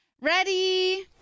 Ready